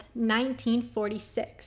1946